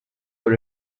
for